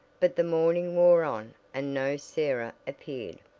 but the morning wore on and no sarah appeared.